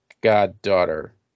goddaughter